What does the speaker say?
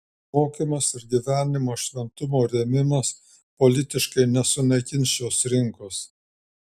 mokymas ir gyvenimo šventumo rėmimas politiškai nesunaikins šios rinkos